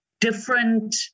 different